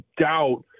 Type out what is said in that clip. doubt